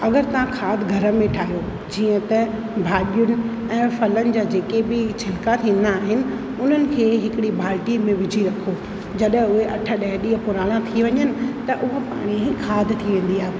अगरि तव्हां खाद घर में ठाहियो जीअं त भाॼियुनि ऐं फलनि जा जेके बि छिलिका थींदा आहिनि उन्हनि खे हिकिड़ी बाल्टीअ में विझी रखो जॾहिं उहे अठ ॾह ॾींहं पुराणा थी वञनि त उहो पाणी ई खाद थी वेंदी आहे